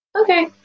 okay